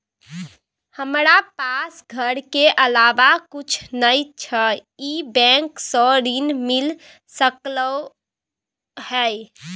हमरा पास घर के अलावा कुछ नय छै ई बैंक स ऋण मिल सकलउ हैं?